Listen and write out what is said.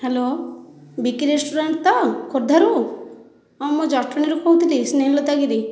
hello Biki restaurant ତ ଖୋର୍ଦ୍ଧାରୁ ହଁ ମୁଁ ଜଟଣୀରୁ କହୁଥିଲି ସ୍ନେହଲତା ଗିରି